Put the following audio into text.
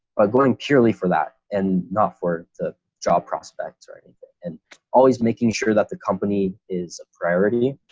ah going purely for that, and not for the job prospects or anything, and always making sure that the company is a priority.